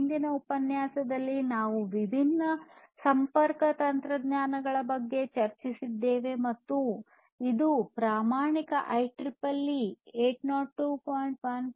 ಹಿಂದಿನ ಉಪನ್ಯಾಸದಲ್ಲಿ ನಾವು ವಿಭಿನ್ನ ಸಂಪರ್ಕ ತಂತ್ರಜ್ಞಾನಗಳ ಬಗ್ಗೆ ಚರ್ಚಿಸಿದ್ದೇವೆ ಮತ್ತು ಇದು ಪ್ರಮಾಣಿತ ಐಇಇಇ 802